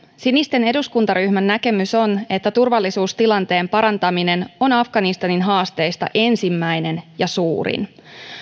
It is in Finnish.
sinisten eduskuntaryhmän näkemys on että turvallisuustilanteen parantaminen on afganistanin haasteista ensimmäinen ja suurin